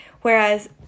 Whereas